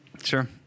Sure